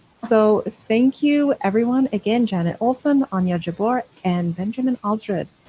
so thank you, everyone, again, janet olson, anya jabour and benjamin aldred.